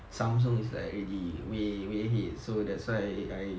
samsung is like already way way ahead so that's why I